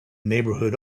neighborhood